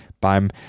beim